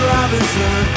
Robinson